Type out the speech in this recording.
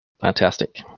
Fantastic